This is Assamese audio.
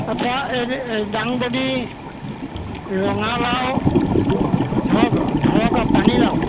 অথা এই দাংবডি ৰঙালাও ধৰক ধৰক আৰু পানীলাও